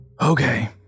Okay